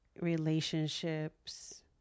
relationships